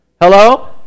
Hello